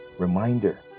reminder